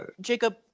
Jacob